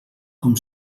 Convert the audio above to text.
com